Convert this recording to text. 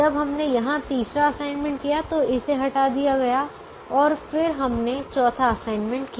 जब हमने यहां तीसरा असाइनमेंट किया तो इसे हटा दिया गया और फिर हमने चौथा असाइनमेंट किया